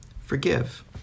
forgive